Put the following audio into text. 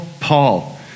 Paul